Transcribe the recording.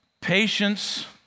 Patience